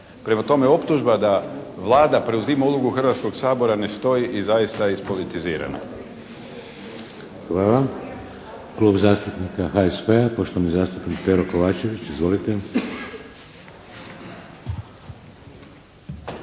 Prema tome, optužba da Vlada preuzima ulogu Hrvatskog sabora ne stoji i zaista je ispolitizirana. **Šeks, Vladimir (HDZ)** Hvala. Klub zastupnika HSP-a, poštovani zastupnik Pero Kovačević. Izvolite!